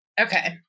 Okay